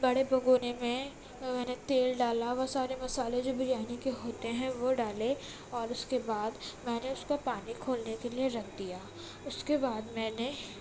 بڑے بگونے میں میں نے تیل ڈالا وہ سارے مسالے جو بریانی کے ہوتے ہیں وہ ڈالے اور اس کے بعد میں نے اس کو پانی کھولنے کے لیے رکھ دیا اس بعد میں نے